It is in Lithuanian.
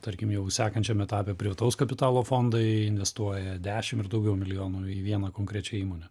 tarkim jau sekančiam etape privataus kapitalo fondai investuoja dešim ir daugiau milijonų į viena konkrečią įmonę